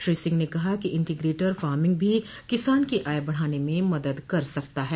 श्री सिंह ने कहा कि इंटीग्रेटर फार्मिंग भी किसान की आय बढ़ाने में मदद कर सकता है